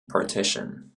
partition